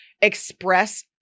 express